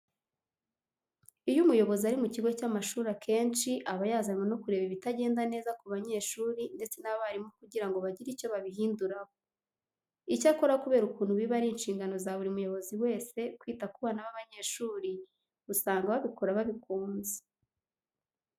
Iyo umuyobozi ari mu kigo cy'amashuri akenshi aba yazanwe no kureba ibitagenda neza ku banyeshuri ndetse n'abarimu kugira ngo bagire icyo babihinduraho. Icyakora kubera ukuntu biba ari inshingano za buri muyobozi wese kwita ku bana b'abanyeshuri, usanga babikora babikunze.